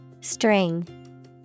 String